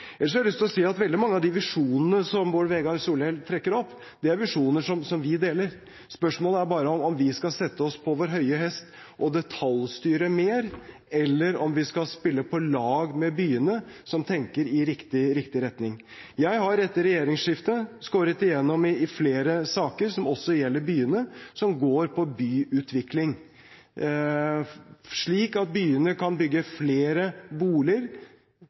Veldig mange av de visjonene som Bård Vegar Solhjell trekker opp, er visjoner som vi deler. Spørsmålet er bare om vi skal sette oss på vår høye hest og detaljstyre mer, eller om vi skal spille på lag med byene, som tenker i riktig retning. Jeg har etter regjeringsskiftet skåret igjennom i flere saker som også gjelder byene, og som går på byutvikling, slik at byene kan bygge flere boliger